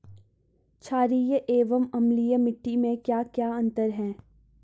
छारीय एवं अम्लीय मिट्टी में क्या क्या अंतर हैं?